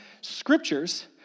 scriptures